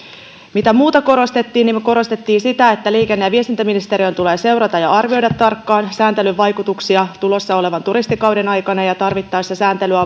mitä muuta korostettiin korostettiin sitä että liikenne ja viestintäministeriön tulee seurata ja arvioida tarkkaan sääntelyn vaikutuksia tulossa olevan turistikauden aikana ja tarvittaessa sääntelyä